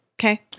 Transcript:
Okay